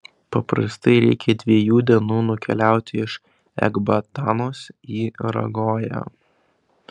paprastai reikia dviejų dienų nukeliauti iš ekbatanos į ragoją